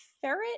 ferret